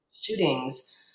shootings